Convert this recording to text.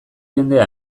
jendea